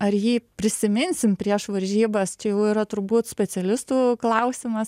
ar jį prisiminsim prieš varžybas čia jau yra turbūt specialistų klausimas